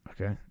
Okay